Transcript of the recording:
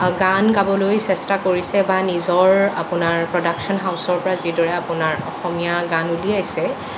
গান গাবলৈ চেষ্টা কৰিছে বা নিজৰ আপোনাৰ প্ৰডাকচন হাউচৰ পৰা যিদৰে আপোনাৰ অসমীয়া গান উলিয়াইছে